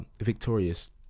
victorious